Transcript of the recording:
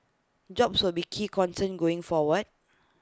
jobs will be key concern going forward